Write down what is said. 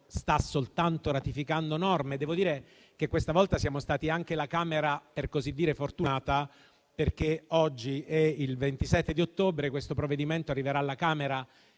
sta soltanto ratificando norme. Devo dire che questa volta siamo stati anche la Camera - per così dire - fortunata, perché oggi è il 27 ottobre; questo provvedimento arriverà alla Camera